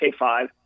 K5